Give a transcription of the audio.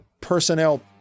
personnel